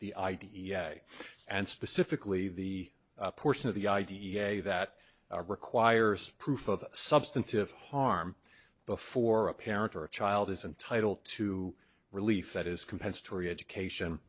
s and specifically the portion of the i d e a that requires proof of substantive harm before a parent or a child is entitle to relief that is compensatory education